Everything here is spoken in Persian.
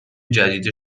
جدید